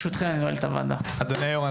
אדוני היו"ר,